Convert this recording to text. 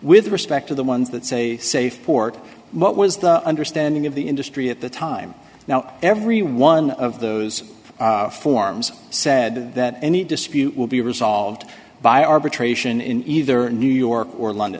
with respect to the ones that say safe port what was the understanding of the industry at the time now every one of those forms said that any dispute will be resolved by arbitration in either new york or london